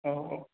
औ औ